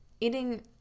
eating